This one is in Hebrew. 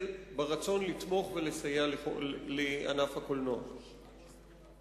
ברצון לתמוך בענף הקולנוע ולסייע לו.